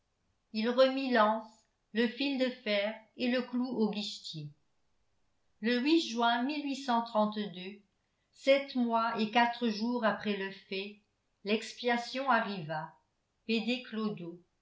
il remit l'anse le fil de fer et le clou au guichetier le juin sept mois et quatre jours après le fait l'expiation arriva pede